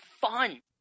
fun